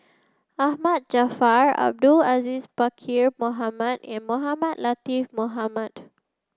Ahmad Jaafar Abdul Aziz Pakkeer Mohamed and Mohamed Latiff Mohamed